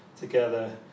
together